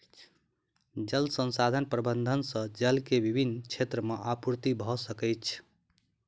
जल संसाधन प्रबंधन से जल के विभिन क्षेत्र में आपूर्ति भअ सकै छै